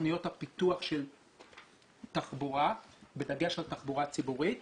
תוכניות הפיתוח של תחבורה בדגש על תחבורה ציבורית